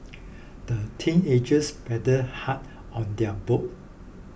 the teenagers paddled hard on their boat